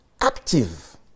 active